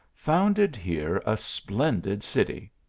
founded here a splendid city.